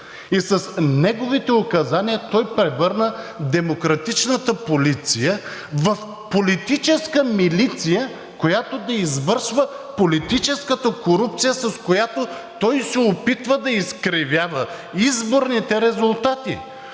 и с неговите указания той превърна демократичната полиция в политическа милиция, която да извършва политическата корупция, с която той се опитва да изкривява изборните резултати.